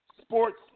sports